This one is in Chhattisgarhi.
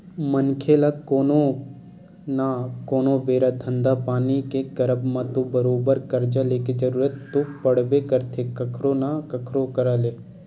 मनखे ल कोनो न कोनो बेरा धंधा पानी के करब म तो बरोबर करजा लेके जरुरत तो पड़बे करथे कखरो न कखरो करा ले